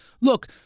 look